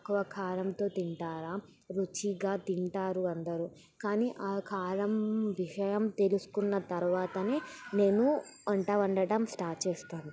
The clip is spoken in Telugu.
తక్కువ కారంతో తింటారా రుచిగా తింటారు అందరూ కానీ ఆ కారం విషయం తెలుసుకున్న తర్వాతనే నేను వంట వండటం స్టార్ట్ చేస్తాను